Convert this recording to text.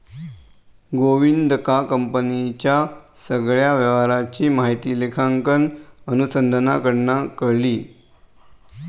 गोविंदका कंपनीच्या सगळ्या व्यवहाराची माहिती लेखांकन अनुसंधानाकडना कळली